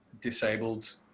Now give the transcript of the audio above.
disabled